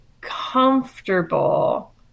comfortable